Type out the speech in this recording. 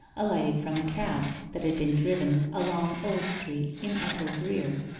alighted from a cab, that had been driven along old street in edward's rear.